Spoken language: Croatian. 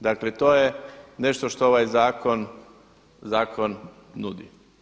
Dakle to je nešto što ovaj zakon, zakon nudi.